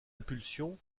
impulsion